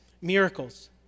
miracles